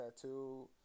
tattoo